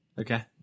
Okay